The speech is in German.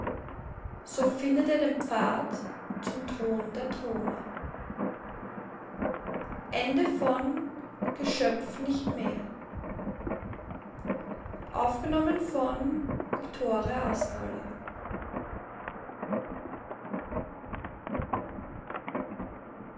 so findet er den pfad zum thron der throne